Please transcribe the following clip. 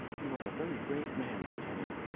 you are a very brave man, lieutenant.